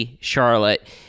Charlotte